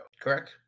correct